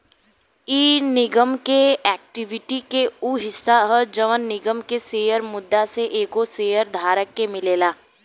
इ निगम के एक्विटी के उ हिस्सा ह जवन निगम में शेयर मुद्दा से एगो शेयर धारक के मिलेला